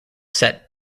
set